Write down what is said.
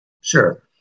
Sure